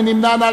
מי נמנע?